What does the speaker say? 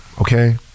Okay